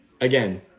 again